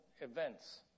events